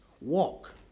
walk